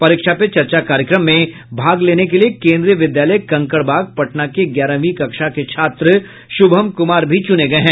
परीक्षा पे चर्चा कार्यक्रम में भाग लेने के लिए केन्द्रीय विद्यालय कंकड़बाग पटना के ग्यारहवीं कक्षा के छात्र शुभम कुमार भी चुने गये हैं